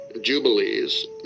Jubilees